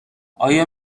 آیا